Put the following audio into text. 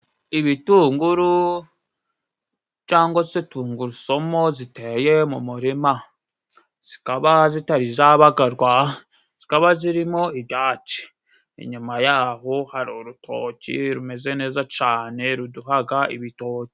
Ibitunguru cangwa se tungurusumu ziteye mu murima. Zikaba zitari zabagarwa, zikaba zirimo ibyatsi. Inyuma ya ho hari urutoki rumeze neza cane ruduhaga ibitoki.